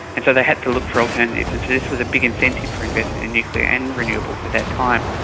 and so they had to look for alternatives, and so this was a big incentive for investing in nuclear and renewables at that time.